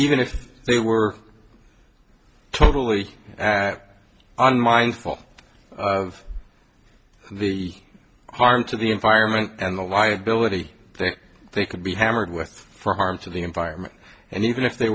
even if they were totally and unmindful of the harm to the environment and the liability they could be hammered with for harm to the environment and even if they